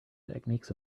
techniques